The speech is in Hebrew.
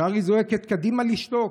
ישר היא זועקת: קדימה לשתוק,